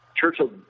Churchill